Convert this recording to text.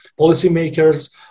policymakers